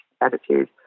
attitude